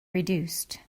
reduced